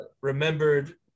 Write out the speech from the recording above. remembered